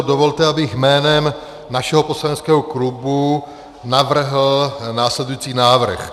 Dovolte, abych jménem našeho poslaneckého klubu podal následující návrh.